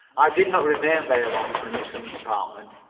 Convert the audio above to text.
i did not remain very long in the mixing department.